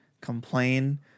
complain